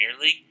League